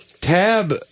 Tab